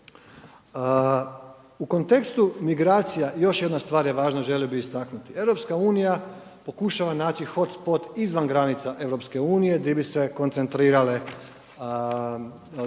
U kontekstu migracija još jedna stvar je važna, želio bi istaknuti, EU pokušava naći hotspot izvan granica EU di bi se koncentrirale,